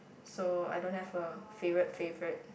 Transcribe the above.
so I don't have a favourite favourite